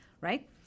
right